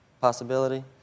possibility